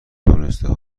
دونسته